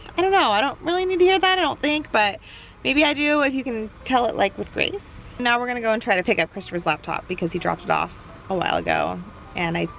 i don't know. i don't really need to hear that i don't think. but maybe i do. if you can tell it like with grace. now we're going to go and try to pick up christopher's laptop because he dropped it off a while ago and i.